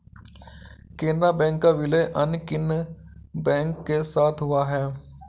Canara bank का विलय अन्य किन बैंक के साथ हुआ है?